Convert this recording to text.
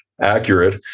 accurate